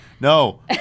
no